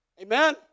Amen